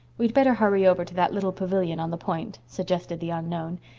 we'd better hurry over to that little pavillion on the point, suggested the unknown.